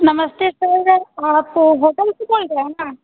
नमस्ते सर आप होटल से बोल रहे हैं ना